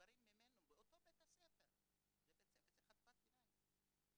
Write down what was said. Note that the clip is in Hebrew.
מבוגרים ממנו, באותו בית ספר, בחטיבת ביניים.